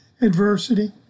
adversity